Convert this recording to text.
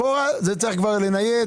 אחורה זה צריך לנייד.